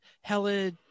hella